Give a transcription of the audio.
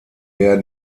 der